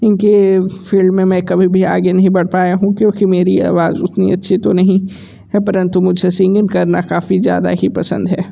की फिल्ड में मैं कभी भी आगे नहीं बढ़ पाया हूँ क्योंकि मेरी अवाज़ उतनी अच्छी तो नहीं है परंतु मुझे सिंगिंग करना काफ़ी ज़्यादा ही पसंद है